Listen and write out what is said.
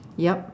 yup